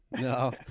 No